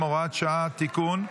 הוראת שעה) (תיקון מס'